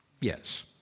Yes